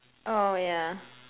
oh yeah